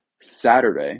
Saturday